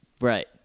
Right